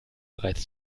bereits